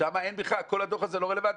שם כל הדוח הזה לא רלוונטי.